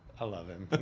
i love him, but